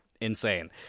Insane